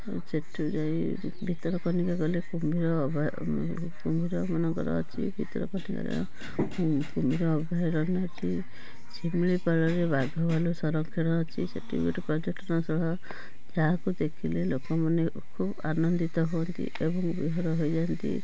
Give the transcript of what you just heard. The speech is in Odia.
ସେଇଠୁ ଯାଇ ଭିତରକନିକା ଗଲେ କୁମ୍ଭୀର ଅଭ୍ୟା କୁମ୍ଭୀରମାନଙ୍କର ଅଛି ଭିତରକନିକାର କୁମ୍ଭୀର ଅଭୟାରଣ୍ୟ ଅଛି ଶିମିଳିପାଳରେ ବାଘ ଭାଲୁ ସଂରକ୍ଷଣ ଅଛି ସେଇଠି ଗୋଟେ ପର୍ଯ୍ୟଟନସ୍ଥଳ ଯାହାକୁ ଦେଖିଲେ ଲୋକମାନେ ଖୁବ୍ ଆନନ୍ଦିତ ହୁଅନ୍ତି ଏବଂ ବିଭୋର ହୋଇଯାଆନ୍ତି